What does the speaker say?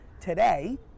today